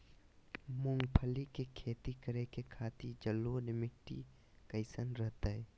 मूंगफली के खेती करें के खातिर जलोढ़ मिट्टी कईसन रहतय?